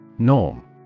Norm